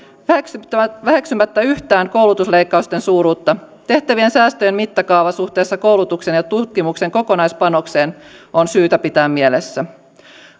väheksymättä yhtään koulutusleikkausten suuruutta on tehtävien säästöjen mittakaava suhteessa koulutuksen ja tutkimuksen kokonaispanokseen syytä pitää mielessä